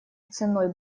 ценой